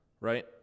right